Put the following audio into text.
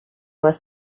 was